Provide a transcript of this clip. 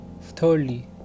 thirdly